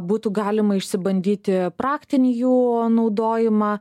būtų galima išsibandyti praktinį jų naudojimą